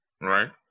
right